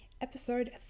episode